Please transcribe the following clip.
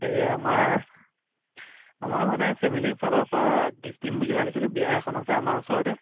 এই আমাৰ আমাৰ মানে ফেমিলীৰ ফালৰ পৰা গিফ্ট দিম বুলি ভাৱিছিলোঁ বিয়া এখন আছে আমাৰ ওচৰতে